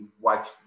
watch